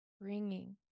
Bringing